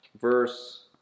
verse